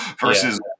Versus